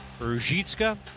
Ruzhitska